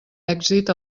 èxit